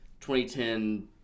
2010